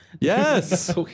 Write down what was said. Yes